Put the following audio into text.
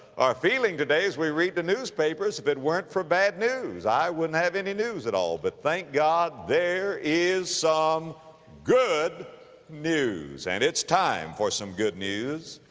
are feeling today as we read the newspapers if it weren't for bad news i wouldn't have any news at all. but thank god there is some good news. and it's time for some good news.